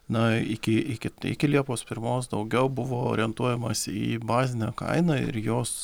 na iki iki iki liepos pirmos daugiau buvo orientuojamasi į bazinę kainą ir jos